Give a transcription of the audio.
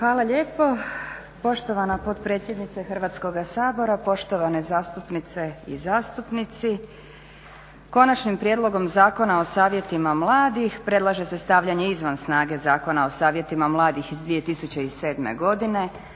Hvala lijepo poštovana potpredsjednice Hrvatskoga sabora. Poštovane zastupnice i zastupnici. Konačnim prijedlogom zakona o savjetima mladih predlaže se stavljanje izvan snage Zakona o savjetima mladih iz 2007. godine.